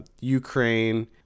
Ukraine